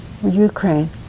Ukraine